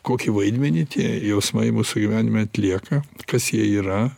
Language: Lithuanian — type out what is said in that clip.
kokį vaidmenį tie jausmai mūsų gyvenime atlieka kas jie yra